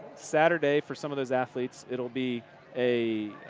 saturday for some of those athletes, it will be a,